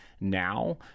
now